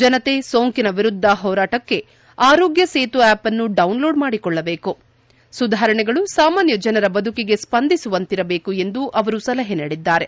ಜನತೆ ಸೋಂಕಿನ ವಿರುದ್ಧ ಹೋರಾಟಕ್ಕೆ ಆರೋಗ್ಯ ಸೇತು ಆ್ಯಪ್ ಅನ್ನು ಡೌನ್ ಲೋಡ್ ಮಾಡಿಕೊಳ್ಳಬೇಕು ಸುಧಾರಣೆಗಳು ಸಾಮಾನ್ಯ ಜನರ ಬದುಕಿಗೆ ಸ್ಪಂದಿಸುವಂತಿರಬೇಕು ಎಂದು ಅವರು ಸಲಹೆ ನೀಡಿದ್ದಾರೆ